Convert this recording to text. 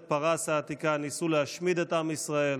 פרס העתיקה ניסו להשמיד את עם ישראל.